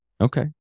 Okay